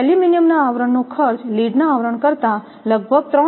એલ્યુમિનિયમના આવરણનો ખર્ચ લીડના આવરણો કરતાં લગભગ 3